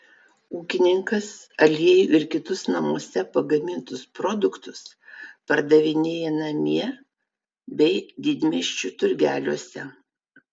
ūkininkas aliejų ir kitus namuose pagamintus produktus pardavinėja namie bei didmiesčių turgeliuose